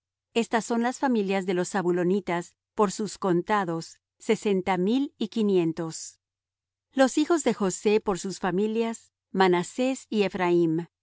estas son las familias de los zabulonitas por sus contados sesenta mil y quinientos los hijos de josé por sus familias manasés